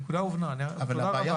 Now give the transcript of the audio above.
הנקודה הובנה.